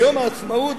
ביום העצמאות,